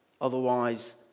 Otherwise